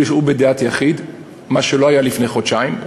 הוא בדעת יחיד מה שלא היה לפני חודשיים.